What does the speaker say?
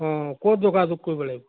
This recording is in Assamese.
অঁ ক'ত যোগাযোগ কৰিব লাগিব